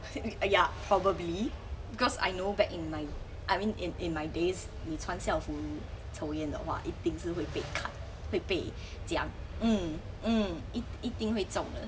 uh ya probably because I know back in my I mean in in my days 你穿校服抽烟的话一定是会被砍会被讲 mm mm 一一定会中的